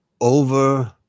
over